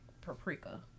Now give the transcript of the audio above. paprika